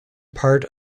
part